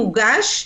מוגש,